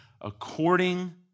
According